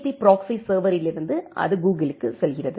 B proxy சர்வரில் இருந்து அது கூகுள்ளிற்கு செல்கிறது